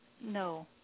No